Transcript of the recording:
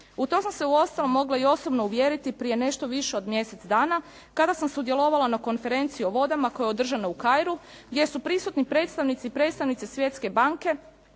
U to sam se uostalom mogla i osobno uvjeriti prije nešto više od mjesec dana kada sam sudjelovala na Konferenciji o vodama koja je održana u Kairu gdje su prisutni predstavnici i predstavnice Svjetske banke